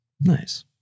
Nice